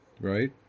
right